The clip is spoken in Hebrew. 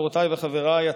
חברותיי וחבריי,